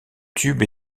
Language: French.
tube